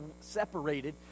separated